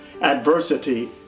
Adversity